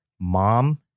mom